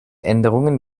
änderungen